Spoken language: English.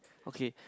okay